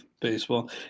baseball